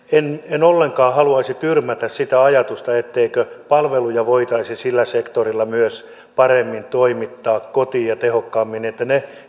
haluaisi tyrmätä sitä ajatusta et teikö palveluja voitaisi sillä sektorilla myös paremmin ja tehokkaammin toimittaa kotiin niin että niille